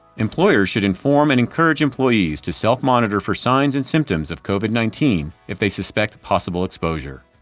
employers should inform and encourage employees to self-monitor for signs and symptoms of covid nineteen if they suspect possible exposure.